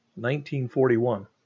1941